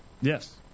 Yes